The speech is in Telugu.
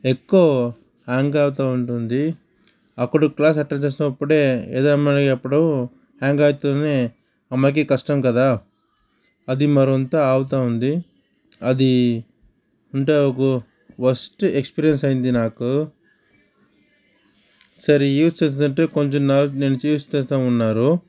ఎక్కువ హ్యాంగ్ అవుతూ ఉంటుంది అప్పుడు క్లాస్ అటెండ్ చేసినప్పుడే ఏదో మాయప్పుడు హ్యాంగ్ అవుతూనే అమ్మకి కష్టం కదా అది మరింత అవుతావుంది అది అంటే ఒక వరస్ట్ ఎక్స్పీరియన్స్ అండి నాకు సరి యూస్ చేసానంటే కొంచెం న నేను చూసి చేస్తా ఉన్నారు